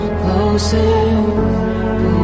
closer